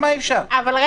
אני